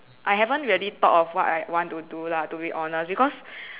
I haven't really thought of what I want want to do lah to be honest because